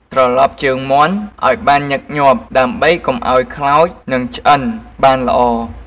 ត្រលប់ជើងមាន់ឱ្យបានញឹកញាប់ ដើម្បីកុំឱ្យខ្លោច និងឆ្អិនបានល្អ។